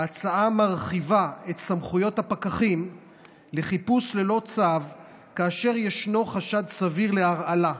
ההצעה מרחיבה את סמכויות הפקחים לחיפוש ללא צו כאשר יש חשד סביר להרעלה,